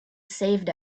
saved